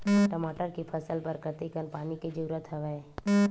टमाटर के फसल बर कतेकन पानी के जरूरत हवय?